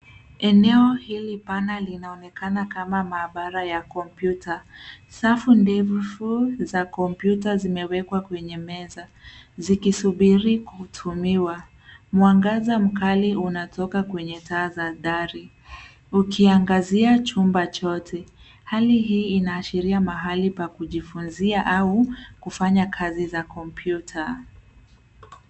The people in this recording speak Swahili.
Eneo hili pana linaonekana kama maabara ya komputa, saa ndefu za komputa zimewekwa kwenye meza, zikisubiri kutumiwa. Mwangaza mkali unatoka kwenye taa za dari. Ukiangazia chumba chote. Hali hii inaashiria mahali pa kujifunzia au kufanya kazi za kompyuta.